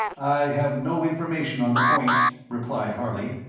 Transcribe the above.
i have no information on the point, replied harley,